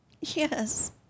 Yes